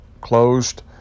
closed